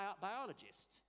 biologist